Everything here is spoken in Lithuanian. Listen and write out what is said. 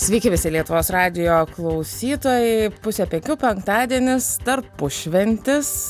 sveiki visi lietuvos radijo klausytojai pusę penkių penktadienis tarpušventis